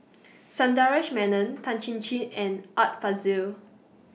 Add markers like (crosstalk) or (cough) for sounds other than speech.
(noise) Sundaresh Menon Tan Chin Chin and Art Fazil